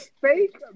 fake